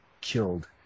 killed